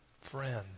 friend